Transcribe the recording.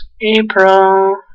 April